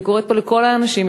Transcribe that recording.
אני קוראת פה לכל האנשים,